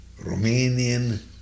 Romanian